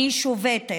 אני שובתת.